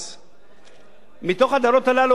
מתוך הדירות הללו, אדוני היושב-ראש,